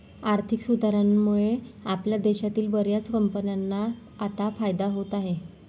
आर्थिक सुधारणांमुळे आपल्या देशातील बर्याच कंपन्यांना आता फायदा होत आहे